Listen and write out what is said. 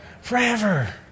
Forever